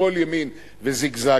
שמאל ימין וזיגזגים,